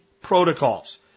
protocols